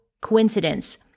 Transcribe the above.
coincidence